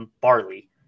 barley